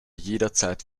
jederzeit